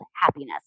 happiness